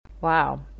Wow